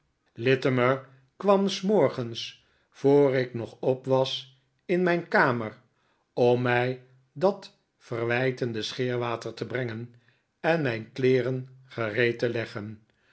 littimer kwam s morgens voor ik nog op was in mijn kamer om mij dat verwijtende scheerwater te brengen en mijn kleedavid copperfield ren gereed te leggen